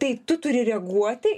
tai tu turi reaguoti